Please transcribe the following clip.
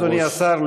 אדוני השר,